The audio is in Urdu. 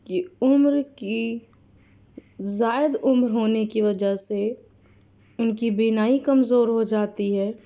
کہ عمر کی زائد عمر ہونے کی وجہ سے ان کی بینائی کمزور ہو جاتی ہے